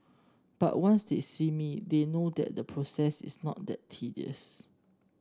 but once they see me they know that the process is not that tedious